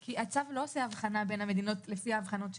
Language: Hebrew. כי הצו לא עושה הבחנה בין המדינות לפי ההבחנות שלהן.